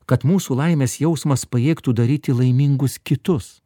kad mūsų laimės jausmas pajėgtų daryti laimingus kitus